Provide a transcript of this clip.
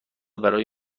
برای